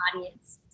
audience